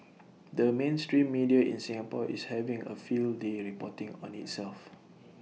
the mainstream media in Singapore is having A field day reporting on itself